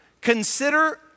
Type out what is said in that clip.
consider